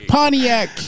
Pontiac